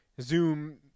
Zoom